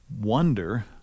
wonder